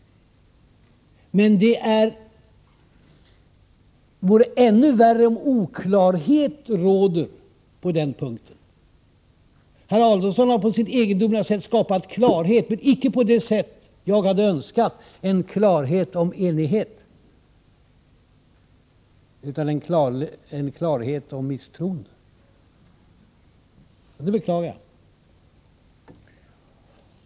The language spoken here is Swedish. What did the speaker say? Men det vore ännu värre om oklarhet rådde på den punkten. Herr Adelsohn har på sitt egendomliga sätt skapat klarhet, men icke på det sätt jag hade önskat, dvs. en klarhet om enighet, utan genom en klarhet om misstroende. Det beklagar jag.